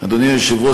אדוני היושב-ראש,